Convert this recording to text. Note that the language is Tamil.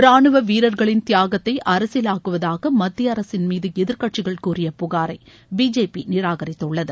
ராணுவ வீரர்களின் தியாகத்தை அரசியலாக்குவதாக மத்திய அரசின் மீது எதிர்கட்சிகள் கூறிய புகாரை பிஜேபி நிராகரித்துள்ளது